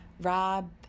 Rob